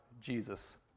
Jesus